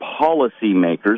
policymakers